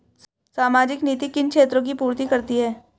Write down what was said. सामाजिक नीति किन क्षेत्रों की पूर्ति करती है?